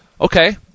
okay